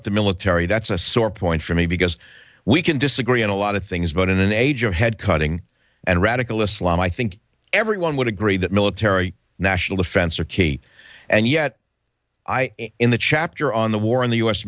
up the military that's a sore point for me because we can disagree on a lot of things but in an age of head cutting and radical islam i think everyone would agree that military national defense are key and yet in the chapter on the war on the u